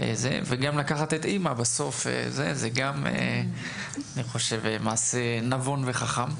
גם לקחת את אימא, זה גם אני חושב מעשה נבון וחכם,